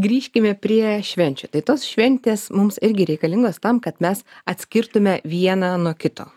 grįžkime prie švenčių tai tos šventės mums irgi reikalingos tam kad mes atskirtume vieną nuo kito